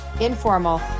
informal